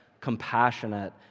compassionate